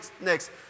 next